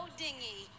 dingy